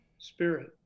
spirit